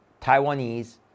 Taiwanese